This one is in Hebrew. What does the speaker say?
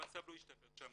המצב לא ישתפר שם.